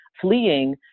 fleeing